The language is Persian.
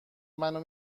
منو